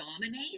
dominate